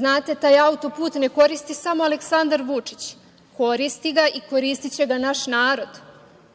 Znate, taj auto-put ne koristi samo Aleksandar Vučić, koristi ga i koristiće ga naš narod. Šta